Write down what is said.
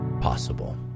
possible